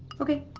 okay.